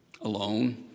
Alone